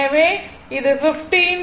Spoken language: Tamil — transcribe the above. எனவே இது 15